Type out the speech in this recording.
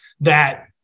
that-